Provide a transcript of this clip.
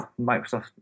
Microsoft